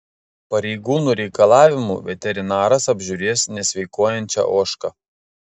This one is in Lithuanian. pareigūnų reikalavimu veterinaras apžiūrės nesveikuojančią ožką